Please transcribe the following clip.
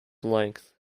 length